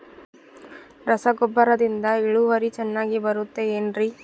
ರಸಗೊಬ್ಬರದಿಂದ ಇಳುವರಿ ಚೆನ್ನಾಗಿ ಬರುತ್ತೆ ಏನ್ರಿ?